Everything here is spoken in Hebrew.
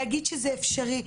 להגיד שזה אפשרי,